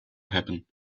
happen